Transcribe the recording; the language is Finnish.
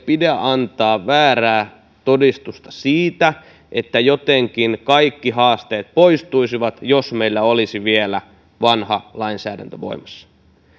pidä antaa väärää todistusta että jotenkin kaikki haasteet poistuisivat jos meillä olisi vielä vanha lainsäädäntö voimassa